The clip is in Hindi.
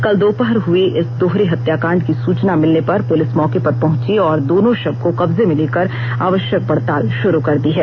कल दोपहर हुए इस दोहरे हत्याकांड की सूचना मिलने पर पुलिस मौके पर पहुंची और दोनों शव को कब्जे में लेकर आवश्यक पड़ताल शुरू कर दी है